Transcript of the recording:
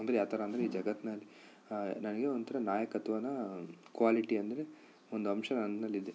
ಅಂದರೆ ಯಾವ ಥರ ಅಂದರೆ ಈ ಜಗತ್ನಲ್ಲಿ ನನಗೆ ಒಂಥರ ನಾಯಕತ್ವನಾ ಕ್ವಾಲಿಟಿ ಅಂದರೆ ಒಂದು ಅಂಶ ನನ್ನಲ್ಲಿದೆ